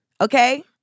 okay